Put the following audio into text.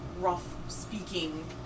rough-speaking